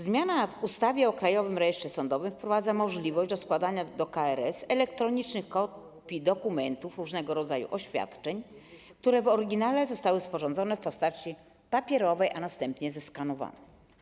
Zmiana w ustawie o Krajowym Rejestrze Sądowym wprowadza możliwość składania do KRS elektronicznych kopii dokumentów - różnego rodzaju oświadczeń - które w oryginale zostały sporządzone w postaci papierowej, a następnie zeskanowane.